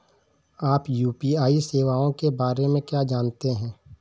आप यू.पी.आई सेवाओं के बारे में क्या जानते हैं?